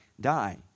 die